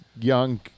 young